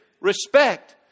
respect